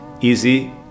easy